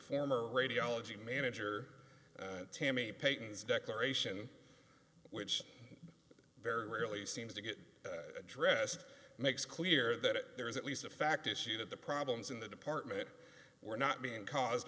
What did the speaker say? former radiology manager tammy peyton's declaration which very rarely seems to get addressed makes clear that there is at least a fact issue that the problems in the department were not being caused